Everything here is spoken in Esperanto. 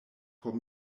por